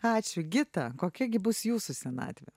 ačiū gita kokia gi bus jūsų senatvę